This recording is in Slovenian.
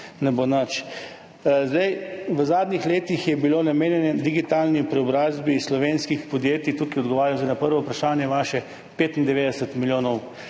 ne bo nič. V zadnjih letih je bilo namenjenih digitalni preobrazbi slovenskih podjetij – tukaj zdaj odgovarjam na vaše prvo vprašanje – 95 milijonov